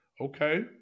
Okay